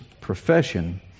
profession